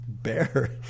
bear